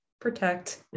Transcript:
protect